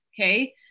Okay